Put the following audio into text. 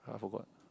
I forgot